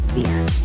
beer